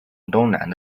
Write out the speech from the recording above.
东南